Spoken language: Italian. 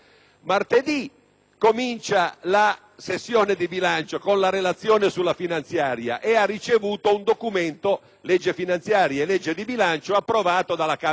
comincia la sessione di bilancio, con la relazione sulla finanziaria e ha ricevuto un documento (legge finanziaria e legge di bilancio) approvato dalla Camera dei deputati;